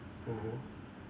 mmhmm